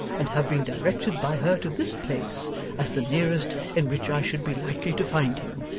and have been directed by her to this place as the nearest in which i should be likely to find him.